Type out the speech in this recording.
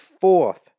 fourth